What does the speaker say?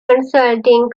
consulting